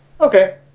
Okay